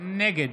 נגד